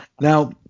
now